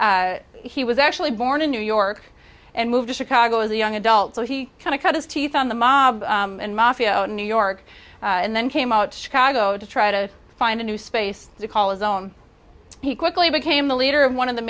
he was actually born in new york and moved to chicago as a young adult so he kind of cut his teeth on the mob and mafia in new york and then came out chicago to try to find a new space to call his own he quickly became the leader of one of the